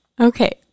Okay